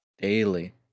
daily